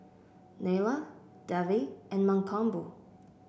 Neila Devi and Mankombu